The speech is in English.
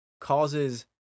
causes